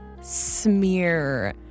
smear